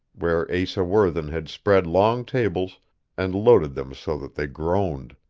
where asa worthen had spread long tables and loaded them so that they groaned.